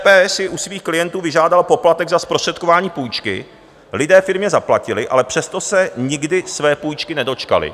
CPE si u svých klientů vyžádal poplatek za zprostředkování půjčky, lidé firmě zaplatili, ale přesto se nikdy své půjčky nedočkali.